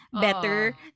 better